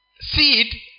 seed